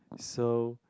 so